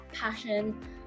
passion